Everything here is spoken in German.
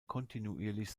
kontinuierlich